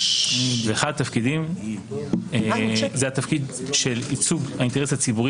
אחד התפקידים זה התפקיד של ייצוג האינטרס הציבורי